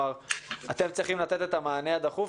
אתם צריכים לתת את המענה הדחוף,